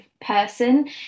person